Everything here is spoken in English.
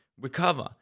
recover